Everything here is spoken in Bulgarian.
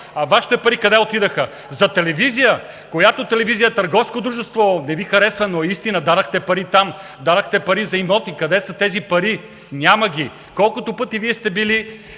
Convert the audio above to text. а Вашите пари къде отидоха? За телевизия, която телевизия е търговско дружество. Не Ви харесва, но е истина. Дадохте пари там, дадохте пари за имоти. Къде са тези пари? Няма ги! Колкото пъти Вие сте били